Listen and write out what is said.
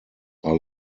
are